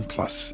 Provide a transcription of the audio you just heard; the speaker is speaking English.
Plus